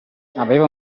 aveva